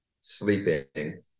sleeping